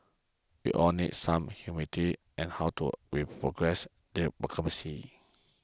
we all need some humility as how to we progress there